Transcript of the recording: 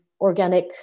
organic